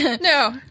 No